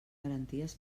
garanties